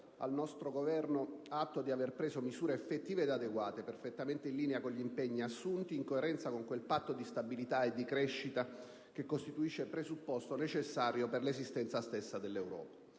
al nostro Governo di aver preso misure effettive ed adeguate, perfettamente in linea con gli impegni assunti, in coerenza con quel Patto di stabilità e di crescita che costituisce presupposto necessario per 1'esistenza stessa dell'Europa.